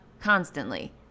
constantly